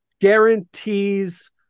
guarantees